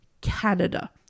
Canada